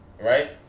right